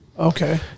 okay